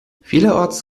vielerorts